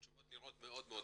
התשובות נראות מאוד הגיוניות.